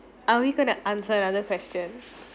are we going to answer another question